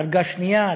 בדרגה שנייה.